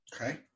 Okay